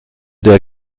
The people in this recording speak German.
der